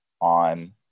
on